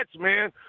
man